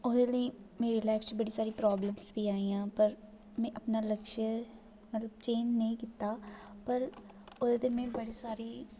ओह्दे लेई मेरे लाइफ च बड़ी सारी प्रॉब्लम्स बी आइयां पर में अपना लक्ष्य मतलब चेंज़ नेईं कीता पर ओह्दे तै में बड़े सारे